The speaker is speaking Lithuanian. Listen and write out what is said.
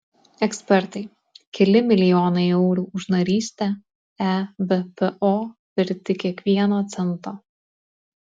ekspertai keli milijonai eurų už narystę ebpo verti kiekvieno cento